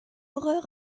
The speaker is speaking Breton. vreur